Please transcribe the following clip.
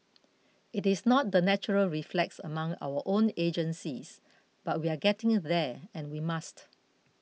it is not the natural reflex among our own agencies but we are getting there and we must